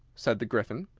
said the gryphon.